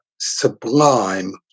sublime